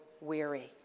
weary